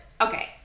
okay